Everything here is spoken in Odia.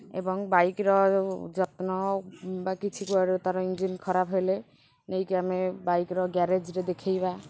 ଏବଂ ବାଇକ୍ର ଯତ୍ନ ବା କିଛି କୁଆଡ଼େ ତା'ର ଇଞ୍ଜିନ୍ ଖରାପ ହେଲେ ନେଇକି ଆମେ ବାଇକ୍ର ଗ୍ୟାରେଜ୍ରେ ଦେଖାଇବା